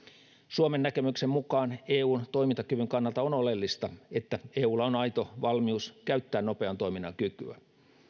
suomen näkemyksen mukaan eun toimintakyvyn kannalta on oleellista että eulla on aito valmius käyttää nopean toiminnan kykyä